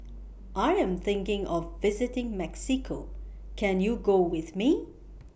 I Am thinking of visiting Mexico Can YOU Go with Me